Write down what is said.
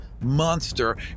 monster